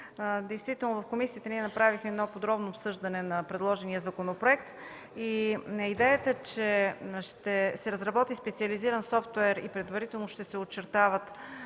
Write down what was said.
Танева. В комисията направихме подробно обсъждане на предложения законопроект и на идеята, че ще се разработи специализиран софтуер и предварително ще се очертават